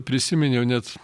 prisiminiau net